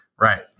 right